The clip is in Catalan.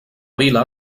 vila